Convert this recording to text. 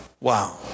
Wow